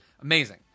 amazing